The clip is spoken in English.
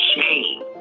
shame